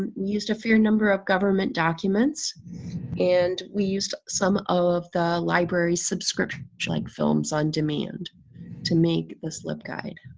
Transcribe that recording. we used a fair number of government documents and we used some ah of the library's subscription like films on demand to make this libguide.